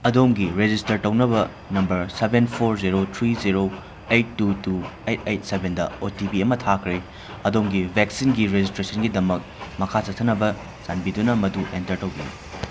ꯑꯗꯣꯝꯒꯤ ꯔꯦꯖꯤꯁꯇꯔ ꯇꯧꯅꯕ number seven four zero three zero eight two two eight eight ꯁꯕꯦꯟꯗ O T P ꯑꯃ ꯊꯥꯈ꯭ꯔꯦ ꯑꯗꯣꯝꯒꯤ ꯕꯦꯛꯁꯤꯟꯒꯤ ꯔꯦꯖꯤꯁꯇ꯭ꯔꯦꯁꯟꯒꯤꯗꯃꯛ ꯃꯈꯥ ꯆꯠꯊꯅꯕ ꯆꯥꯟꯕꯤꯗꯨꯅ ꯃꯗꯨ ꯑꯦꯟꯇꯔ ꯇꯧꯕꯤꯌꯨ